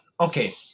okay